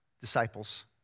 disciples